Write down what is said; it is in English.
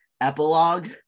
epilogue